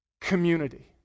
community